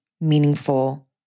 meaningful